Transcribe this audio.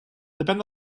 depèn